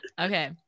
okay